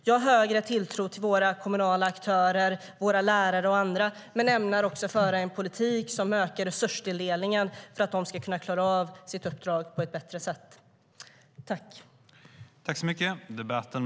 Jag har större tilltro till våra kommunala aktörer, våra lärare och andra, men ämnar också föra en politik som ökar resurstilldelningen för att de ska kunna klara av sitt uppdrag på ett bättre sätt. Överläggningen var härmed avslutad.